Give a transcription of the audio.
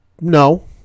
No